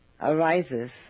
arises